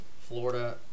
Florida